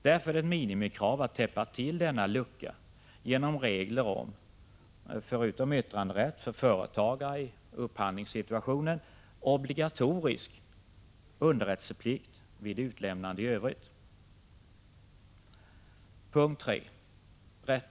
Därför är det ett minimikrav att täppa till denna lucka genom regler om — förutom yttranderätt för företagare i upphandlingssituationen — obligatorisk underrättelseplikt vid utlämnande i övrigt.